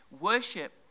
Worship